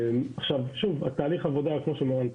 כמו שנאמר,